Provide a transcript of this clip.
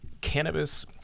cannabis